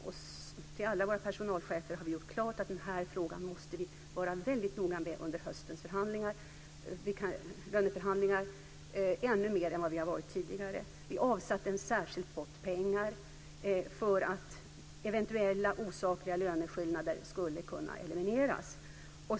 För alla våra personalchefer har vi gjort klart att vi måste vara väldigt noga med den här frågan under höstens löneförhandlingar, ännu noggrannare än vi har varit tidigare. Vi avsatte en särskild pott pengar för att eventuella osakliga löneskillnader skulle kunna elimineras.